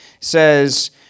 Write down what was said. says